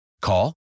Call